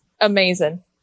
amazing